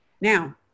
Now